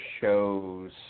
shows